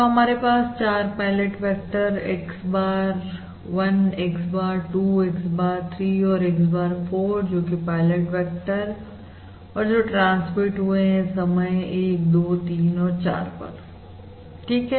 तो हमारे पास 4 pilot vector x bar 1 x bar 2 x bar 3 और x bar 4 जोकि पायलट वेक्टर जो ट्रांसमिट हुए हैं समय 1 2 3 और 4 पर ठीक है